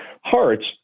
hearts